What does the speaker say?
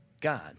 God